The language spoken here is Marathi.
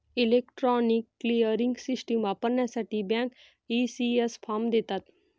इलेक्ट्रॉनिक क्लिअरिंग सिस्टम वापरण्यासाठी बँक, ई.सी.एस फॉर्म देतात